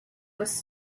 was